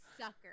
sucker